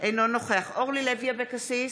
אינו נוכח אורלי לוי אבקסיס,